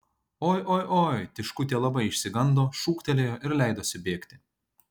oi oi oi tiškutė labai išsigando šūktelėjo ir leidosi bėgti